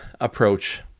approach